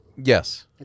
Yes